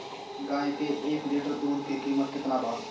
गाय के एक लीटर दूध के कीमत केतना बा?